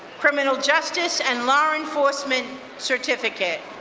criminal justice and law enforcement certificate.